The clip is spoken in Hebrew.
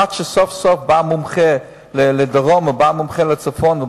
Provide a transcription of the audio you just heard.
כי עד שסוף-סוף בא מומחה לדרום או בא מומחה לצפון,